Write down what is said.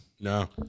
No